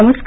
नमस्कार